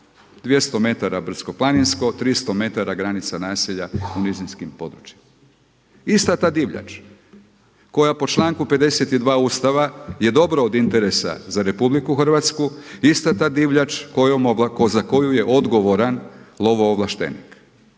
200 metara brdsko-planinsko, 300 metara granica naselja u nizinskim područjima. Ista ta divljač koja po članku 52. Ustava je dobro od interesa za RH, ista ta divljač za koju je odgovoran lovoovlaštenik,